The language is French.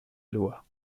loi